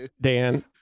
Dan